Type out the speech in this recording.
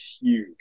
huge